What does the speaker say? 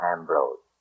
Ambrose